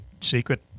secret